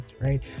right